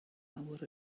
awr